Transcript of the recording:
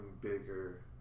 bigger